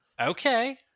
Okay